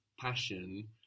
passion